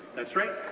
that's right,